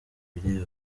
rev